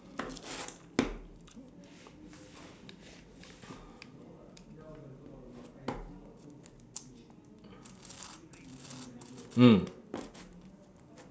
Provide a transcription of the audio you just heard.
mm